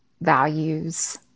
values